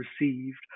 received